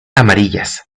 amarillas